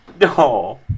No